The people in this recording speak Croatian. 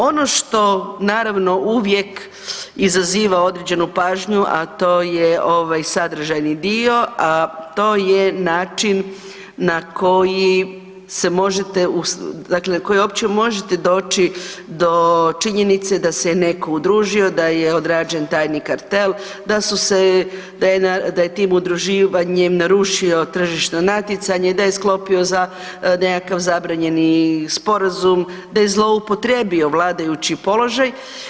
Ono što naravno uvijek izaziva određenu pažnju, a to je ovaj sadržajni dio, a to je način na koji se možete dakle na koji uopće možete doći do činjenice da se je netko udružio, da je odrađen tajni kartel, da su je tim udruživanjem narušio tržišno natjecanje, da je sklopio nekakav zabranjeni sporazum, da je zloupotrijebio vladajući položaj.